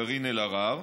קארין אלהרר.